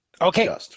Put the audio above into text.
Okay